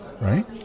Right